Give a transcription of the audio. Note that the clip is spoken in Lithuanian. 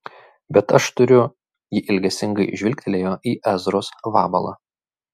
bet aš turiu ji ilgesingai žvilgtelėjo į ezros vabalą